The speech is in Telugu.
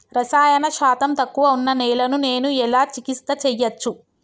రసాయన శాతం తక్కువ ఉన్న నేలను నేను ఎలా చికిత్స చేయచ్చు?